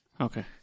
Okay